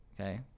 okay